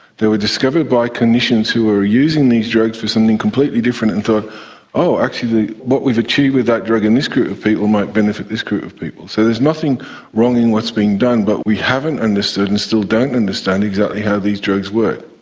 they were discovered by clinicians who were using these drugs for something completely different and thought oh, actually what we've achieved with that drug in this group of people might benefit this group of people. so there's nothing wrong in what's being done but we haven't understood and still don't understand exactly how these drugs work.